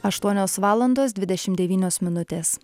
aštuonios valandos dvidešimt devynios minutės